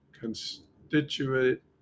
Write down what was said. constitute